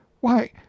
Why